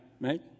Right